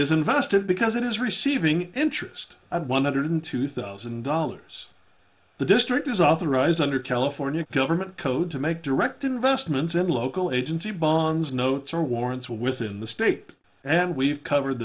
is invested because it is receiving interest of one hundred two thousand dollars the district is authorized under california government code to make direct investments in local agency bonds notes or warrants well within the state and we've covered